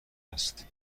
است